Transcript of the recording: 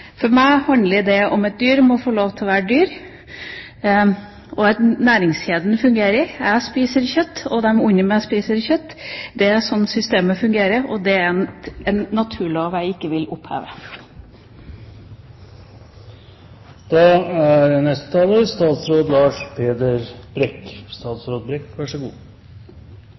For meg handler det om at dyr må få lov til å være dyr, og at næringskjeden fungerer. Jeg spiser kjøtt, og de under meg spiser kjøtt. Det er slik systemet fungerer, og det er en naturlov jeg ikke vil oppheve. Også jeg vil takke for denne debatten og denne interpellasjonen. Jeg vil innledningsvis i mitt siste innlegg understreke det